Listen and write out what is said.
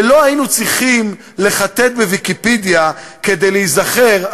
ולא היינו צריכים לחטט בוויקיפדיה כדי להיזכר,